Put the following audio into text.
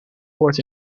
woord